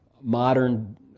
modern